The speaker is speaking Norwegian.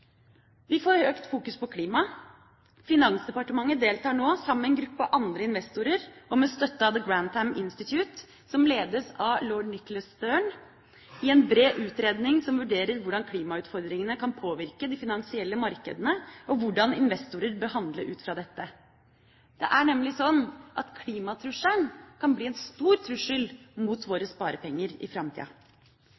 Vi får økt fokusering på klima. Finansdepartementet deltar nå sammen med andre investorer og med støtte av The Grantham Institute, som ledes av Lord Nicholas Stern, i en bred utredning som vurderer hvordan klimautfordringene kan påvirke de finansielle markedene, og hvordan investorer bør handle ut fra dette. Det er nemlig slik at klimatrusselen kan bli en stor trussel mot